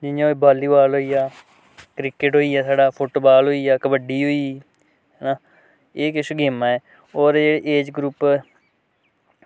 जियां बॉलीबॉल होइया क्रिकेट होइया फुटबॉल होइया कबड्डी होई ओएह् किश गेमां न होर एह् एज़ ग्रूप